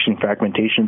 fragmentation